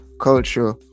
culture